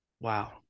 Wow